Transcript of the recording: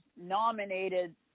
nominated